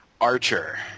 Archer